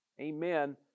amen